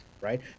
right